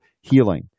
healing